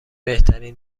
بهترین